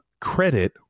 credit